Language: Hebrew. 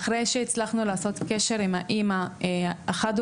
לאחר שהצלחנו ליצור קשר עם האמא של אותה הילדה,